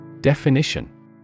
Definition